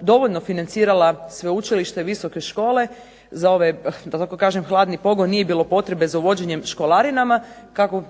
dovoljno financirala sveučilište i visoke škole za ove da tako kažem hladni pogon nije bilo potrebe za uvođenjem školarinama, kako